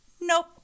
nope